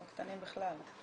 לא קטנים בכלל.